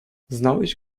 znałeś